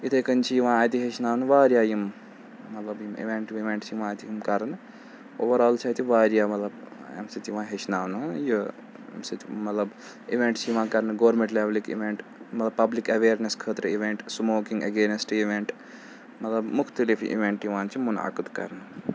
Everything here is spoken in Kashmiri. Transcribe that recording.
یِتھَے کَنۍ چھِ یِوان اَتہِ ہیٚچھناونہٕ واریاہ یِم مطلب یِم اِوٮ۪نٛٹ وِوٮ۪نٛٹ چھِ یِوان اَتہِ یِم کَرنہٕ اوٚوَر آل چھِ اَتہِ واریاہ مطلب اَمہِ سۭتۍ یِوان ہیٚچھناونہٕ ہہٕ یہِ اَمہِ سۭتۍ مطلب اِوٮ۪نٛٹ چھِ یِوان کَرنہٕ گورمٮ۪نٛٹ لٮ۪ولِک اِوٮ۪نٛٹ مطلب پَبلِک اٮ۪ویرنٮ۪س خٲطرٕ اِوٮ۪نٛٹ سٕموکِنٛگ اٮ۪گینٮ۪سٹ اِوٮ۪نٛٹ مطلب مختلف اِوٮ۪نٛٹ یِوان چھِ مُنعقٕد کَرنہٕ